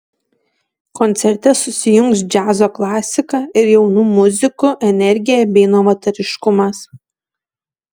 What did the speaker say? koncerte susijungs džiazo klasika ir jaunų muzikų energija bei novatoriškumas